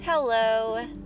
Hello